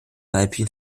weibchen